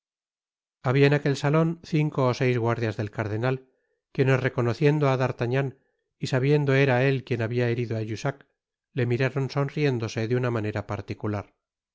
en aquel salon cinco ó seis guardias del cardenal quienes reconociendo á d'artagnan y sabiendo era él quien habia herido á jussac le miraron sonriéndose de una manera particular